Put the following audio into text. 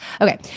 Okay